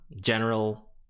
general